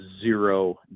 zero